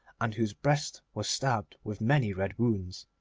and whose breast was stabbed with many red wounds.